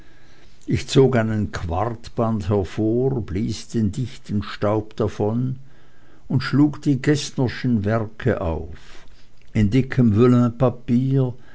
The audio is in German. ich zog einen quartband hervor blies den dichten staub davon und schlug die geßnerschen werke auf in dickem